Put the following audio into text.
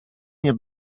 nie